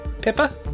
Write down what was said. Pippa